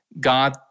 God